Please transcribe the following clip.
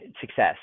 success